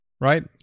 right